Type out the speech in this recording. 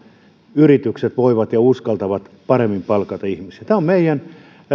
yritykset voivat ja uskaltavat paremmin palkata ihmisiä tämä on meidän